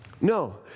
no